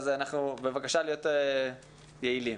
אז בבקשה להיות יעילים.